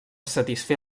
satisfer